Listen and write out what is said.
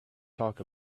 talk